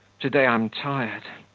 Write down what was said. to-day i'm tired.